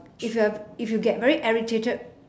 if you're if you get very irritated